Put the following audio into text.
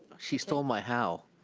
she stole my how.